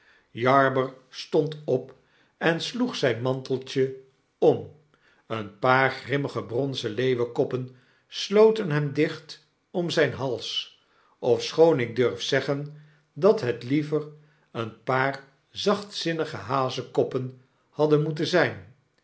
jarber stond op en sloeg zijn manteltje om een paar grimmige bronzen leeuwenkoppen sloten hem dicht om zp hals ofschoon ik durf zeggen dat het liever een paar zachtzinnige hazenkoppen hadden moeten zijn